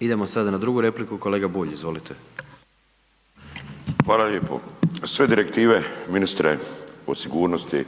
Idemo sada na drugu repliku, kolega Bulj, izvolite. **Bulj, Miro (MOST)** Hvala lijepo. Sve direktive, ministre, o sigurnosti